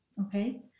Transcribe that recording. Okay